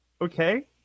Okay